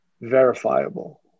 verifiable